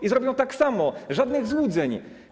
I zrobią tak samo, żadnych złudzeń.